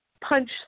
punch